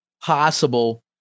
possible